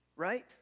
right